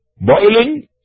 boiling